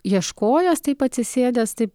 ieškojęs taip atsisėdęs taip